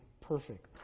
perfect